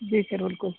जी sir बिल्कुल